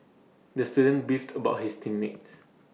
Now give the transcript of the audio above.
the student beefed about his team mates